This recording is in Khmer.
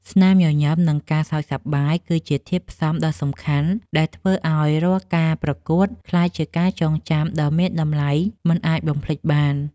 ស្នាមញញឹម និងការសើចសប្បាយ គឺជាធាតុផ្សំដ៏សំខាន់ដែលធ្វើឱ្យរាល់ការប្រកួតក្លាយជាការចងចាំដ៏មានតម្លៃមិនអាចបំភ្លេចបាន។